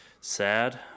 sad